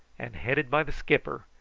and, headed by the skipper,